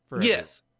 Yes